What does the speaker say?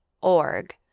org